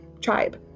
Tribe